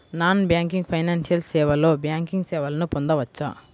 Non banking financial సేవలో banking సేవలను పొందవచ్చా?